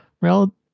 Rel